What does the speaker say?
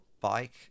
bike